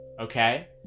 okay